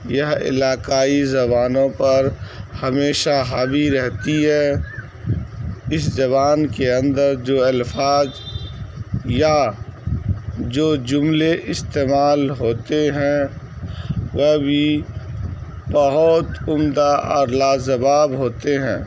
یہ علاقائی زبانوں پر ہمیشہ حاوی رہتی ہے اس زبان کے اندر جو الفاظ یا جو جملے استعمال ہوتے ہیں وہ بھی بہت عمدہ اور لاجواب ہوتے ہیں